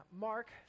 Mark